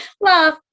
love